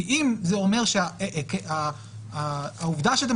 אבל ככל שהאוכלוסייה יותר